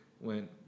went